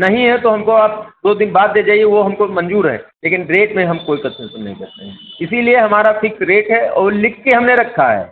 नहीं है तो हमको आप दो दिन बाद दे जाइए वह हमको मंज़ूर है लेकिन रेट में हम कोई कसरत नहीं करते हैं इसीलिए हमारा फ़िक्स रेट है और लिखकर हमने रखा है